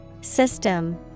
System